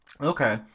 Okay